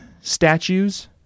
statues